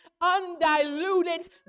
undiluted